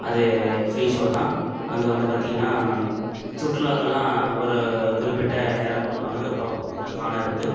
அது free show தான் அங்கே வந்து பார்த்திங்கனா சுற்றுலாக்கள்லாம் ஒரு குறிப்பிட்ட நேரம் கொடுப்பாங்க இப்போ க காண இருக்குது